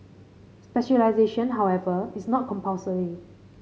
specialisation however is not compulsory